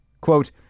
Quote